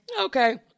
Okay